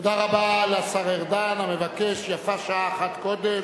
תודה רבה לשר ארדן, המבקש: יפה שעה אחת קודם,